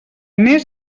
més